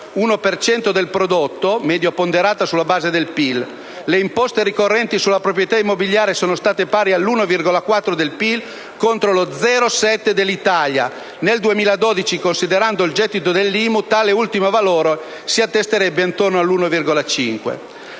del prodotto (media ponderata sulla base del PIL); le imposte ricorrenti sulla proprietà immobiliare sono state pari all'1,4 del PIL contro lo 0,7 dell'Italia. Nel 2012, considerando il gettito dell'IMU, tale ultimo valore si attesterebbe intorno all'1,5.